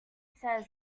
says